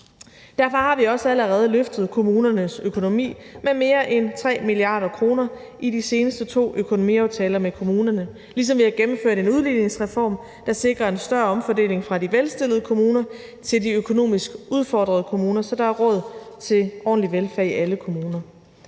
Derfor har vi også allerede løftet kommunernes økonomi med mere end 3 mia. kr. i de seneste to økonomiaftaler med kommunerne, ligesom vi har gennemført en udligningsreform, der sikrer en større omfordeling fra de velstillede kommuner til de økonomisk udfordrede kommuner, så der er råd til ordentlig velfærd i alle kommuner.